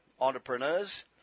entrepreneurs